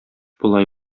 болай